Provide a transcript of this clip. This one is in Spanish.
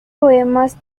poemas